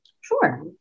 Sure